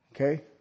Okay